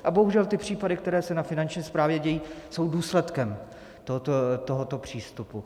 A bohužel ty případy, které se na Finanční správě dějí, jsou důsledkem tohoto přístupu.